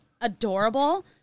adorable